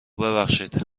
ببخشید